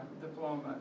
diploma